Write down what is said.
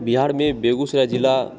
बिहार में बेगुसराय ज़िला